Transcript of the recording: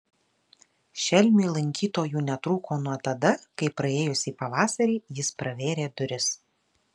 šelmiui lankytojų netrūko nuo tada kai praėjusį pavasarį jis pravėrė duris